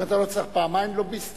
גם אתה לא צריך פעמיים לוביסטים,